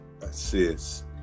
assist